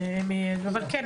אבל כן,